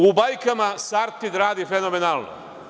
U bajkama Sartid radi fenomenalno.